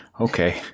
Okay